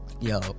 yo